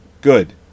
good